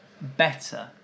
better